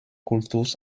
kultus